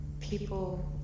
people